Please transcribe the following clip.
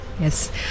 Yes